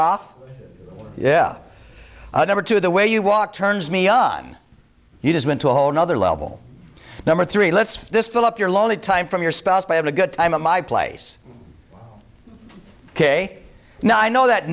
off yeah never to the way you walk turns me on you just went to a whole nother level number three let's this fill up your lonely time from your spouse to have a good time at my place ok now i know that